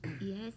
Yes